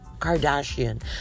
Kardashian